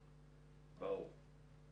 ברור.